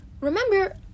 remember